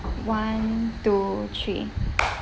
one two three